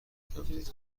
تمدید